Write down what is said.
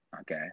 Okay